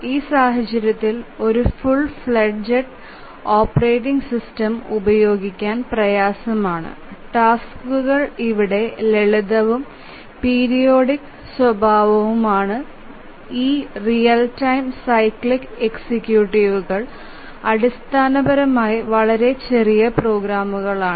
ഈ സാഹചര്യത്തിൽ ഒരു ഫുൾ ഫ്ലഡ്ജ്ഡ് ഓപ്പറേറ്റിംഗ് സിസ്റ്റം ഉപയോഗിക്കാൻ പ്രയാസമാണ് ടാസ്ക്കുകൾ ഇവിടെ ലളിതവും പീരിയോഡിക് സ്വഭാവവുമാണ് ഈ റിയൽ ടൈം സൈക്ലിക് എക്സിക്യൂട്ടീവുകൾ അടിസ്ഥാനപരമായി വളരെ ചെറിയ പ്രോഗ്രാമുകളാണ്